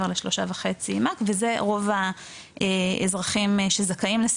מעבר ל- 3.5 מ"ק,